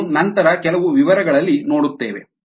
ಅದನ್ನು ನಂತರ ಕೆಲವು ವಿವರಗಳಲ್ಲಿ ನೋಡುತ್ತೇವೆ